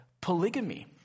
polygamy